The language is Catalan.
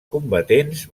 combatents